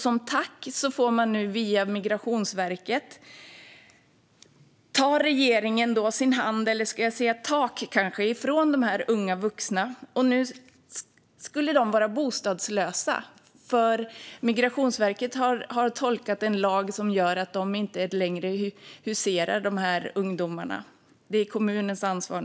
Som tack tar nu regeringen, via Migrationsverket, sin hand, eller ska jag säga sitt tak, ifrån dessa unga vuxna, som nu kan bli bostadslösa därför att Migrationsverket har tolkat lagen så att man inte längre behöver inhysa ungdomarna, något som nu blivit kommunens ansvar.